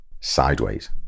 sideways